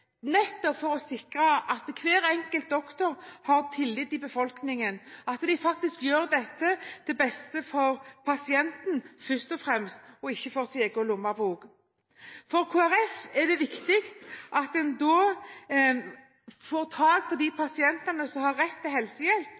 nettopp for å sikre at hver enkelt doktor nyter tillit i befolkningen, og at man gjør dette først og fremst til beste for pasienten – ikke for sin egen lommebok. For Kristelig Folkeparti er det viktig at en får tak i de pasientene som har rett til helsehjelp,